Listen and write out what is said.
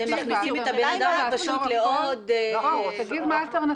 תגיד מה האלטרנטיבה.